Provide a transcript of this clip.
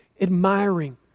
Admiring